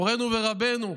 מורנו ורבנו,